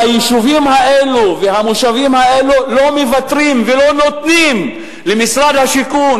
היישובים האלה והמושבים האלה לא מוותרים ולא נותנים למשרד השיכון